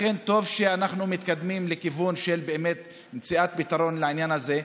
לכן טוב שאנחנו מתקדמים לכיוון מציאת פתרון לעניין הזה.